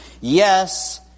Yes